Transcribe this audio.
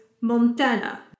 Montana